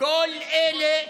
כל אלה,